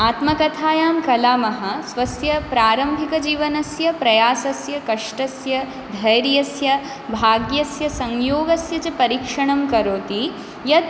आत्मकथायां कलामः स्वस्य प्रारम्भिकजीवनस्य प्रयासस्य कष्टस्य धैर्यस्य भाग्यस्य संयोगस्य च परीक्षणं करोति यद्